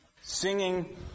Singing